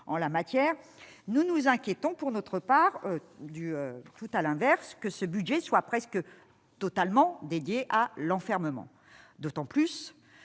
en la matière, nous nous inquiétons pour notre part du tout à l'inverse que ce budget soit presque totalement dédié à l'enfermement d'autant plus